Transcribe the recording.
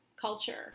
culture